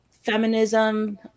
feminism